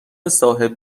صاحب